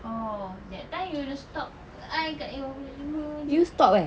orh that time you ada stop I kat lima puluh lima jer